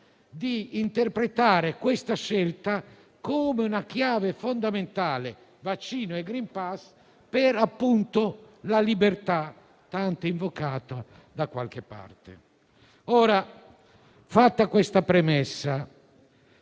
di interpretare questa scelta come una chiave fondamentale - vaccino e *green pass* - per la libertà tanto invocata. Fatta questa